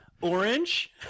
orange